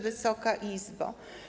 Wysoka Izbo!